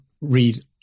read